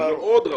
מאוד רצוי.